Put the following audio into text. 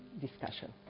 discussion